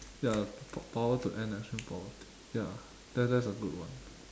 ya po~ power to end extreme poverty ya that that's a good one